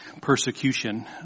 persecution